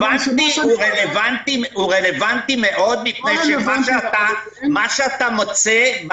הוא רלוונטי מאוד מפני שמה שאתה מוצא,